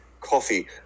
Coffee